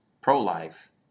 pro-life